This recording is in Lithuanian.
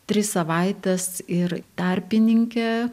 tris savaites ir tarpininkė